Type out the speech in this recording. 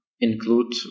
include